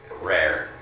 Rare